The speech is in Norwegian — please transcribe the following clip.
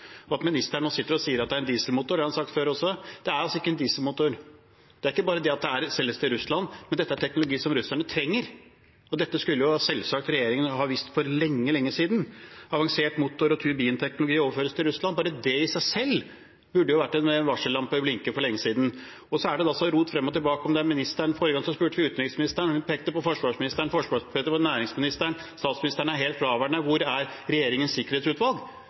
Ministeren sier at det er dieselmotorer, og det har han også sagt før. Men det er altså ikke bare det at dieselmotorer selges til Russland, dette er teknologi som russerne trenger. Det skulle selvsagt regjeringen ha visst for lenge, lenge siden. Avansert motor- og turbinteknologi overføres til Russland. Bare det i seg selv burde fått varsellampene til å blinke for lenge siden. Så er det rot frem og tilbake om ministere. Forrige gang spurte vi utenriksministeren, og hun pekte på forsvarsministeren. Forsvarsministeren pekte på næringsministeren. Statsministeren er helt fraværende. Hvor er regjeringens sikkerhetsutvalg?